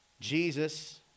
Jesus